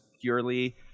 purely